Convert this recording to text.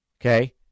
Okay